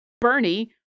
Bernie